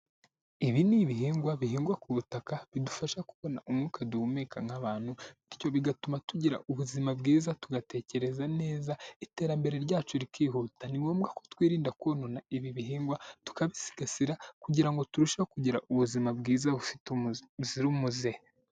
Ibi ni ibihingwa, bihingwa ku butaka bidufasha kubona umwuka duhumeka nk'abantu, bityo bigatuma tugira ubuzima bwiza, tugatekereza neza, iterambere ryacu rikihuta. Ni ngombwa ko twirinda konona ibi bihingwa, tukabisigasira kugira ngo turusheho kugira ubuzima bwiza buzira umuze.